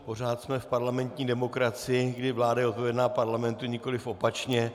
Pořád jsme v parlamentní demokracii, kdy vláda je odpovědná parlamentu, nikoliv opačně.